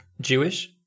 Jewish